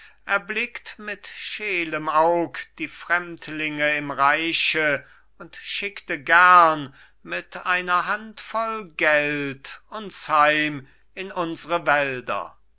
erblickt mit scheelem aug die fremdlinge im reiche und schickte gern mit einer handvoll geld uns heim in unsre wälder